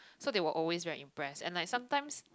so they were always very impressed and like sometimes